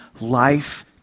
life